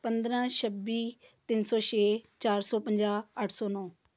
ਪੰਦਰ੍ਹਾਂ ਛੱਬੀ ਤਿੰਨ ਸੌ ਛੇ ਚਾਰ ਸੌ ਪੰਜਾਹ ਅੱਠ ਸੌ ਨੌ